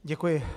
Děkuji.